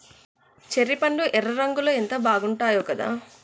cherry పండ్లు ఎర్ర రంగులో ఎంత బాగుంటాయో కదా